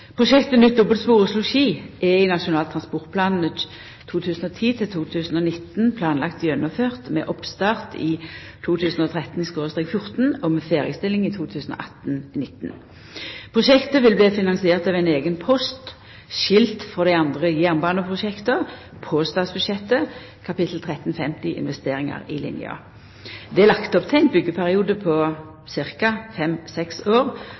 Prosjektet nytt dobbeltspor Oslo–Ski er i Nasjonal transportplan 2010–2019 planlagt gjennomført med oppstart i 2013–2014 og med ferdigstilling i 2018–2019. Prosjektet vil bli finansiert over ein eigen post skilt frå dei andre jernbaneprosjekta på statsbudsjettet, kap. 1350, post 30, Investeringar i lina. Det er lagt opp til ein byggjeperiode på fem–seks år,